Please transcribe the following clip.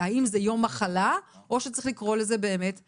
האם זה מוגדר כיום מחלה או שמה יש להגדיר זאת אחרת